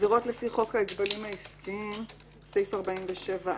בעת חקיקת החש"צ.